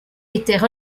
étaient